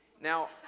Now